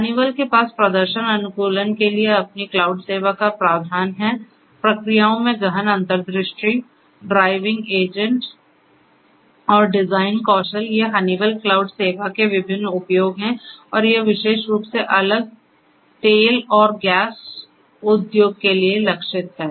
Honeywell के पास प्रदर्शन अनुकूलन के लिए अपनी क्लाउड सेवा का प्रावधान है प्रक्रियाओं में गहन अंतर्दृष्टि ड्राइविंग एजेंट और डिज़ाइन कौशल ये हनीवेल क्लाउड सेवा के विभिन्न उपयोग हैं और यह विशेष रूप से अलग तेल और गैस उद्योग के लिए लक्षित है